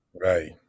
Right